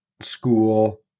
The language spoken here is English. school